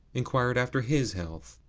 inquired after his health.